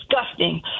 disgusting